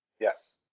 Yes